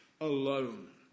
alone